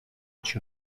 each